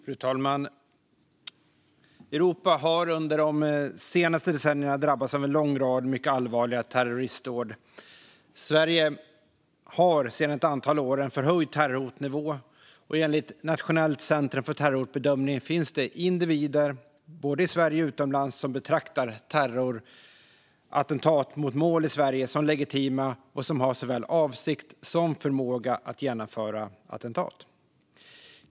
Fru talman! Europa har under de senaste decennierna drabbats av en lång rad mycket allvarliga terroristdåd. Sverige har sedan ett antal år en förhöjd terrorhotnivå. Enligt Nationellt centrum för terrorhotbedömning finns det individer, både i Sverige och utomlands, som betraktar terrorattentat mot mål i Sverige som legitima och har såväl avsikt som förmåga att genomföra attentat.